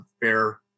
fair